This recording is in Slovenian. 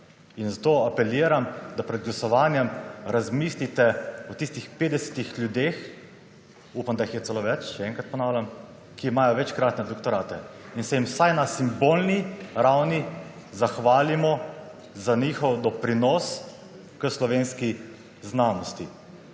Zato apeliram, da pred glasovanjem razmislite o tistih petdesetih ljudeh – upam, da jih je celo več, še enkrat ponavljam -, ki imajo večkratne doktorate, in se jim vsaj na simbolni ravni zahvalimo za njihov doprinos k slovenski znanosti.